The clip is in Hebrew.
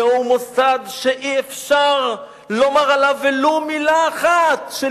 זהו מוסד שאי-אפשר לומר עליו ולו מלה אחת של